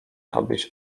abyś